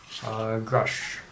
Grush